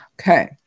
Okay